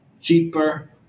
cheaper